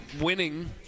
winning